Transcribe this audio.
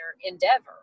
Endeavor